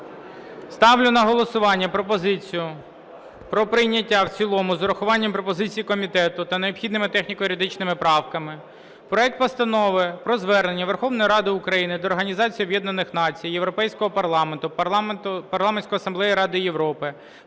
Ставлю на голосування пропозицію про прийняття в цілому з урахуванням пропозицій комітету та необхідними техніко-юридичними правками проект Постанови про Звернення Верховної Ради України до Організації Об’єднаних Націй, Європейського Парламенту, Парламентської Асамблеї Ради Європи,